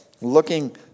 Looking